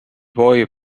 boy